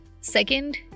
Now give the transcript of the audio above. Second